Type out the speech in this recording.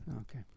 Okay